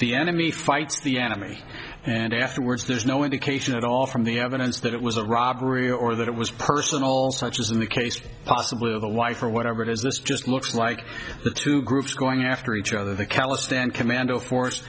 the enemy fights the enemy and afterwards there's no indication at all from the evidence that it was a robbery or that it was personal touches in the case possibly of the wife or whatever it is this just looks like the two groups going after each other the callous then commando force